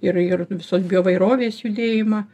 ir ir visos bioįvairovės judėjimą